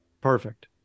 perfect